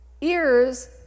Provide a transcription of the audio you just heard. Ears